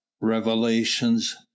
revelations